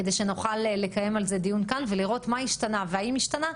כדי שנוכל לקיים על זה דיון כאן ולראות מה השתנה והאם השתנה.